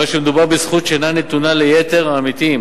הרי שמדובר בזכות שאינה נתונה ליתר העמיתים